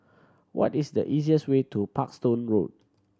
what is the easiest way to Parkstone Road